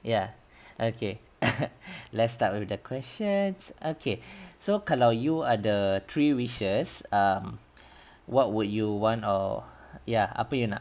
ya okay let's start with the questions okay so kalau you ada three wishes um what would you want or ya apa you nak